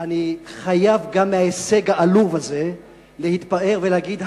אני חייב גם בהישג העלוב הזה להתפאר ולהגיד: